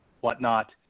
whatnot